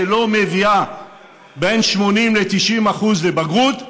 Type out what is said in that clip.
שלא מביאה בין 80% ל-90% לבגרות,